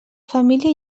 família